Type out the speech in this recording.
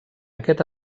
aquest